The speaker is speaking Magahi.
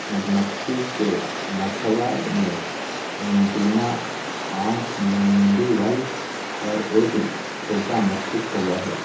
मधुमक्खी के मथवा में एंटीना आंख मैंडीबल और एक छोटा मस्तिष्क होबा हई